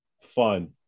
fun